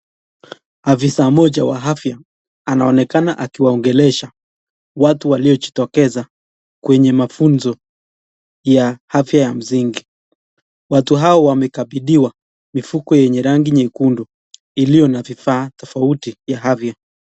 Maafisa moja wa afya anaonekana akiwaongelesha watu walio jitokeza kwenye mafunzo ya afya ya msingi. Watu hao wamekabidhiwa mifuko yenye rangi nyekundu iliyo na vifaa tofauti ya afya.